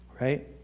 right